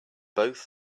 both